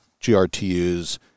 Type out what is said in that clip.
GRTU's